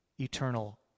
eternal